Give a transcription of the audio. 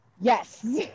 Yes